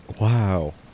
Wow